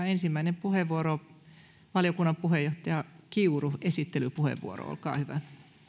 ensimmäinen puheenvuoro valiokunnan puheenjohtaja kiuru esittelypuheenvuoro olkaa hyvä